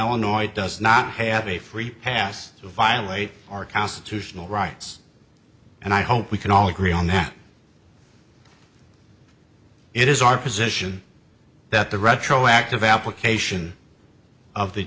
illinois does not have a free pass to violate our constitutional rights and i hope we can all agree on that it is our position that the retroactive application of the